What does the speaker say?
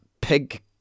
pig